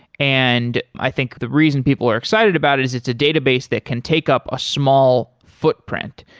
and i think the reason people are excited about it is it's a database that can take up a small footprint.